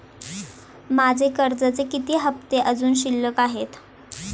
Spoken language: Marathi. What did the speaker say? माझे कर्जाचे किती हफ्ते अजुन शिल्लक आहेत?